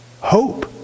Hope